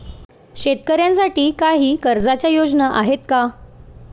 शेतकऱ्यांसाठी काही कर्जाच्या योजना आहेत का?